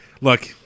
Look